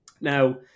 Now